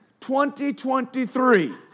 2023